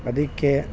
ಅದಕ್ಕೆ